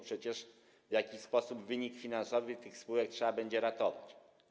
Przecież w jakiś sposób wynik finansowy tych spółek trzeba będzie ratować.